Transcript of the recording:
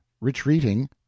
retreating